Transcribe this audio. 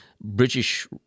British